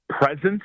presence